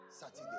Saturday